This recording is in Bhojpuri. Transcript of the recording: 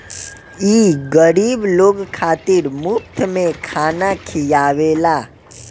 ई गरीब लोग खातिर मुफ्त में खाना खिआवेला